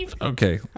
Okay